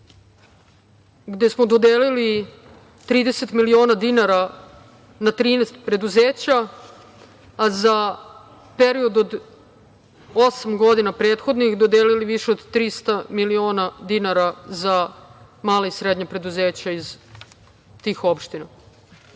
gde smo dodelili 30 miliona dinara na 13 preduzeća, a za period osam godina prethodnih dodeli više od 300 miliona dinara za mala i srednja preduzeća iz tih opština. Osim